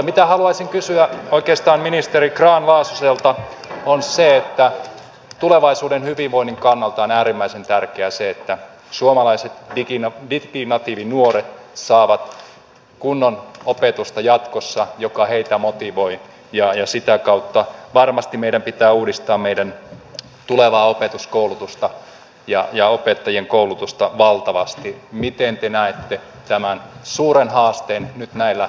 mutta haluaisin oikeastaan kysyä ministeri grahn laasoselta siitä että kun tulevaisuuden hyvinvoinnin kannalta on äärimmäisen tärkeää se että suomalaiset diginatiivinuoret saavat jatkossa kunnon opetusta joka heitä motivoi ja sitä kautta meidän varmasti pitää uudistaa meidän tulevaa opettajien koulutusta valtavasti niin miten te näette tämän suuren haasteen nyt näillä resursseilla tapahtuvan